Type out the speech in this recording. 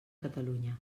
catalunya